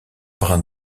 brin